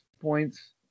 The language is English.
points –